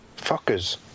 Fuckers